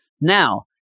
now